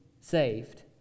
saved